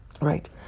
right